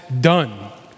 done